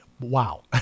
Wow